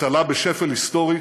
האבטלה בשפל היסטורי.